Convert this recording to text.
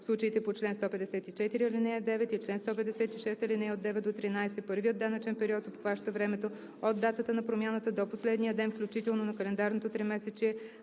случаите по чл. 154, ал. 9 и чл. 156, ал. 9 – 13 първият данъчен период обхваща времето от датата на промяната до последния ден включително на календарното тримесечие,